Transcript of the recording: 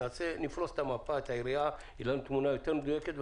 נפרוס את המפה ותהיה לנו תמונה מדויקת יותר,